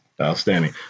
Outstanding